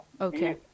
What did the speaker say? Okay